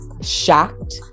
shocked